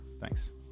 Thanks